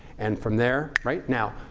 and from there right now.